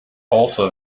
also